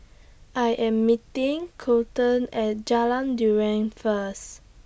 I Am meeting Kolten At Jalan Durian First